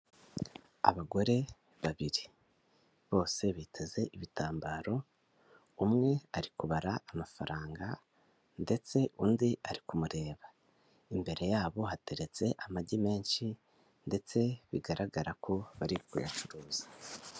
Abagore babiri. Bose biteze ibitambaro, umwe ari kubara amafaranga ndetse undi ari kumureba. Imbere yabo hateretse amagi menshi ndetse bigaragara ko bari kuyacuruza.